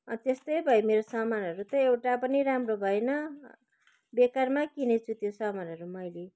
त्यस्तै भयो मेरो सामानहरू त एउटा पनि राम्रो भएन बेकारमा किनेछु त्यो सामानहरू मैले